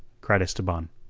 cried esteban.